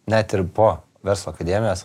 net ir po verslo akademijos